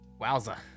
wowza